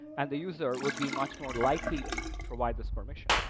and the user would be much more likely to provide this permission.